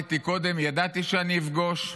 שלמדתי קודם, שידעתי שאני אפגוש,